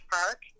Park